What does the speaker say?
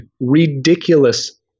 ridiculous